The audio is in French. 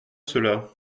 cela